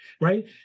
right